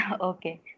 Okay